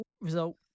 result